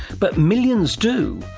but millions do.